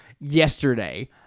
yesterday